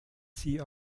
sie